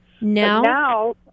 now